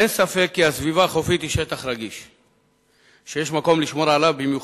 אין ספק כי הסביבה החופית היא שטח רגיש שיש מקום לשמור עליו במיוחד,